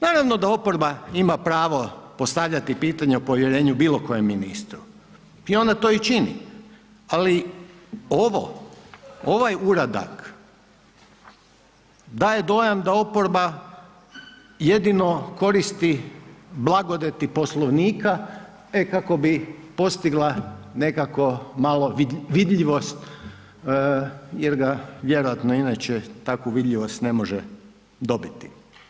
Naravno da oporba ima pravo postavljati pitanja o povjerenju bilo kojem ministru i ona to i čini, ali ovo ovaj uradak daje dojam da oporba jedino koristi blagodati Poslovnika e kako bi postigla nekako malo vidljivost jer ga vjerojatno inače takvu vidljivost ne može dobiti.